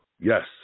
Yes